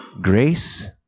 grace